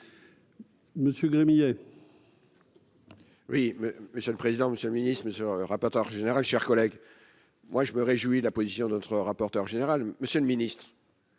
Monsieur Gremillet. Oui, mais monsieur le président, Monsieur le Ministre Monsieur rapporteur général, chers collègues, moi je me réjouis la position notre rapporteur général, monsieur le Ministre.